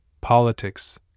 politics